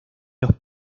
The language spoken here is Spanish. los